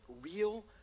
real